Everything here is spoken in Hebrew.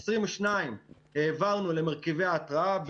22 מיליון העברנו למרכיבי ההתרעה,